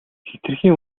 хэтэрхий